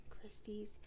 Christie's